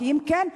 כי אם כן,